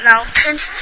Mountains